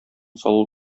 салу